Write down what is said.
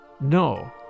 No